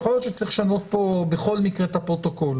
אני אומר שיכול להיות שצריך לשנות בכל מקרה את הפרוטוקול.